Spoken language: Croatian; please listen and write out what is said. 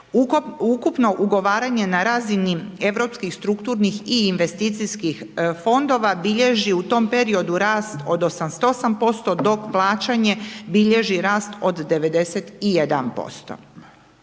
Ukupno ugovaranje na razini europskih strukturnih i investicijskih fondova bilježi u tom periodu rast od 88% dok plaćanje bilježi rast od 91%.